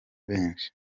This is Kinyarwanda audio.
benshi